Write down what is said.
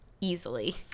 easily